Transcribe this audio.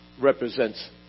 represents